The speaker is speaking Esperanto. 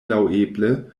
laŭeble